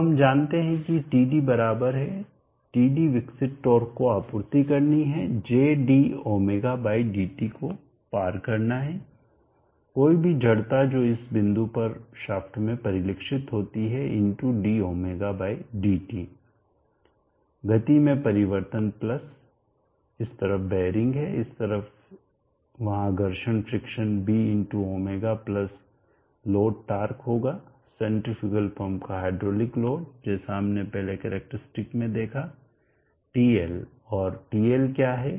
अब हम जानते हैं कि Td बराबर है Td विकसित टॉर्क को आपूर्ति करनी है jdωdt को पार करना है कोई भी जड़ता जो इस बिंदु पर शाफ्ट में परिलक्षित होती है dω dt गति में परिवर्तन प्लस इस तरफ बेअरिंग है इस तरफ वहां घर्षण friction B×ω plus load torque होगा सेन्ट्रीफ्यूगल पंप का हाइड्रोलिक लोड जैसा हमने पहले कैरेक्टरिस्टिक में देखा TL और TLक्या है